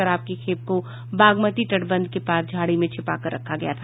शराब की खेप को बागमती तटबंध के पास झांड़ी में छिपाकर रखा गया था